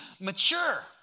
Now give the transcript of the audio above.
mature